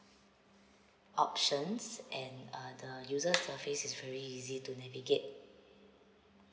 options and err the user surface is very easy to navigate